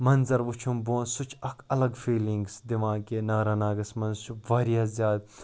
منظر وُچھُم بۄن سُہ چھُ اَکھ اَلگ فیٖلِنٛگٕس دِوان کہِ ناراناگَس منٛز چھُ واریاہ زیادٕ